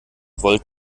volt